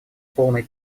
полный